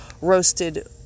roasted